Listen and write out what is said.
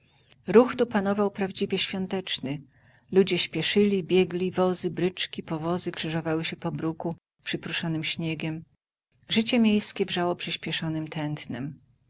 ruch tu panował prawdziwie świąteczny ludzie spieszyli biegli wozy bryczkibryczki powozy krzyżowały się po bruku przyprószonym śniegiem życie miejskie wrzało przyspieszonem tętnem